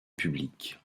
public